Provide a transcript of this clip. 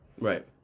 Right